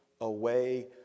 away